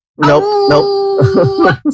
Nope